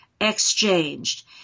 exchanged